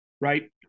right